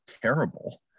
terrible